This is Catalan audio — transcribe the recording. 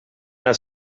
els